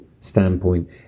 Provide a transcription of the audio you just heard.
standpoint